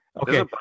Okay